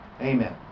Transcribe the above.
Amen